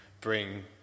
bring